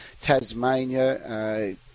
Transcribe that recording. Tasmania